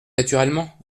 naturellement